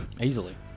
Easily